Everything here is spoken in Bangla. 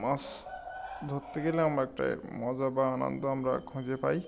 মাছ ধরতে গেলে আমরা একটা মজা বা আনন্দ আমরা খুঁজে পাই